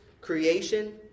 creation